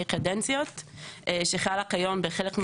קדנציות שחלה כיום בחלק ממוסדות התכנון.